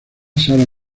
sarah